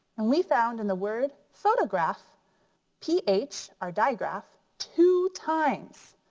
and we found in the word photograph p h, our diagraph two times.